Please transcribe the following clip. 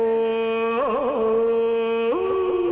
oh!